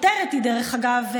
דרך אגב,